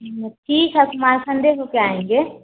हाँ ठीक है कुमारखंड होकर आएँगे